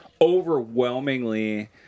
overwhelmingly